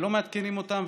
שלא מעדכנים אותם,